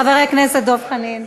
חבר הכנסת דב חנין.